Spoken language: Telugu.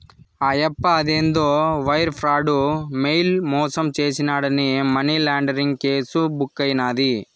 ఆయప్ప అదేందో వైర్ ప్రాడు, మెయిల్ మాసం చేసినాడాని మనీలాండరీంగ్ కేసు బుక్కైనాది